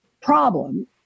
problem